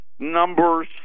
numbers